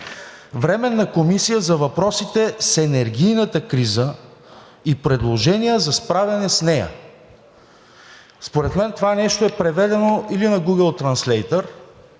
„Временна комисия за въпросите с енергийната криза и предложения за справяне с нея“. Според мен това нещо е преведено или на Google Translator,